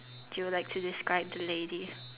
do you like to describe the lady